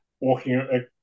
walking